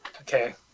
Okay